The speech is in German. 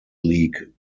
league